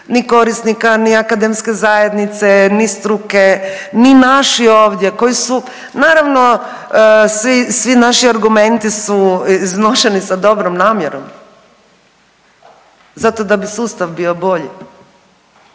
ni korisnika, ni akademske zajednice, ni struke, ni naši ovdje koji su naravno svi naši argumenti su iznošeni sa dobrom namjerom zato da bi sustav bio bolji.